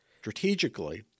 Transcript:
strategically